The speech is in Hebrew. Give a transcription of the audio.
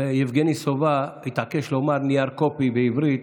יבגני סובה התעקש לומר נייר קופי בעברית,